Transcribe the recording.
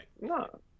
No